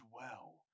dwell